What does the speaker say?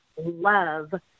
love